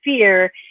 fear